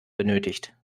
benötigt